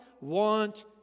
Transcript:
want